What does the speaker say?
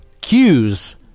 cues